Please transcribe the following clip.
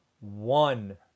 one